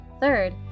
Third